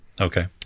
Okay